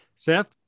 Seth